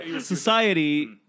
Society